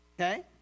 Okay